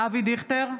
אבי דיכטר,